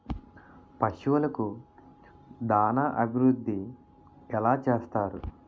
పశువులకు దాన అభివృద్ధి ఎలా చేస్తారు?